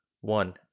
one